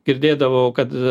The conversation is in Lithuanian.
girdėdavau kad